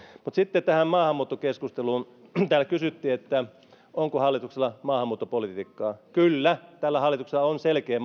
mutta sitten tähän maahanmuuttokeskusteluun täällä kysyttiin onko hallituksella maahanmuuttopolitiikkaa kyllä tällä hallituksella on selkeä